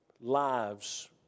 lives